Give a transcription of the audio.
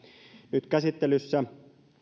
nyt käsittelyssä